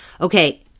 Okay